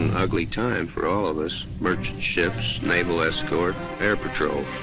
ugly time for all of us, merchant ships, naval escort, air patrol.